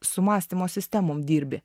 su mąstymo sistemom dirbi